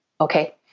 Okay